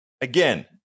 Again